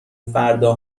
فردا